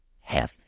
heaven